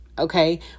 okay